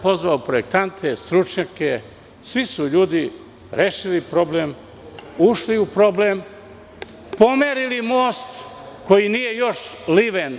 Pozvao sam projektante, stručnjake, svi su ljudi rešili problem, ušli u problem, pomerili most koji još uvek nije liven.